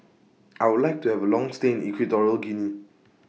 I Would like to Have A Long stay in Equatorial Guinea